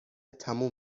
تموم